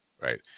Right